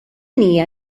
hija